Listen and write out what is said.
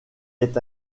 est